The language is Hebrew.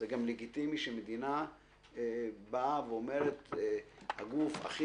זה גם לגיטימי שמדינה באה ואומרת שהיא רוצה להגיע להבנות עם הגוף הכי